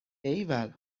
ایول